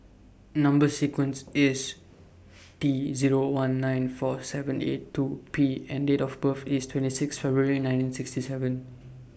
Number sequence IS T Zero one nine four seven eight two P and Date of birth IS twenty six February nineteen sixty seven